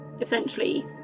essentially